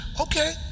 Okay